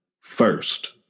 first